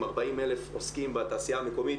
40 אלף עוסקים בתעשייה המקומית,